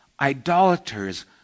idolaters